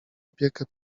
opiekę